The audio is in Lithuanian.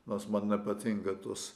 nors man nepatinka tos